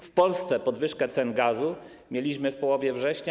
W Polsce podwyżkę cen gazu mieliśmy w połowie września.